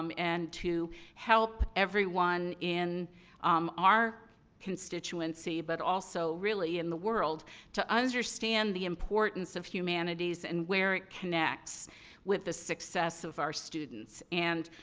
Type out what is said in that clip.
um and, to help everyone in um our constituency, but also, really, in the world to understand the importance of humanities and where it connects with the success of our students. and,